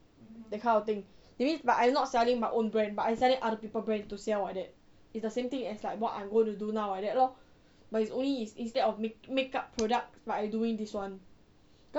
that kind of thing that means but I not selling my own brand but I selling other people brand to sell like that it's the same thing as like what I am gonna do now [what] like that lor but it's only it's instead of makeup products but I doing this one